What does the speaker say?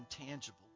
intangible